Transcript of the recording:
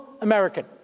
American